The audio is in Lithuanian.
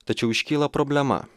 tačiau iškyla problema